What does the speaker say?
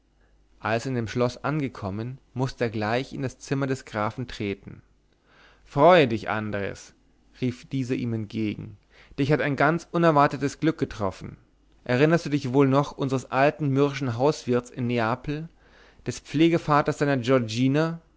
als er in dem schloß angekommen mußte er gleich in das zimmer des grafen treten freue dich andres rief dieser ihm entgegen dich hat ein ganz unerwartetes glück getroffen erinnerst du dich wohl noch unsers alten mürrischen hauswirts in neapel des pflegevaters deiner